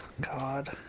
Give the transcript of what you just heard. God